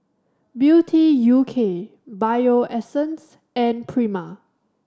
Beauty U K Bio Essence and Prima